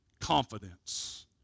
confidence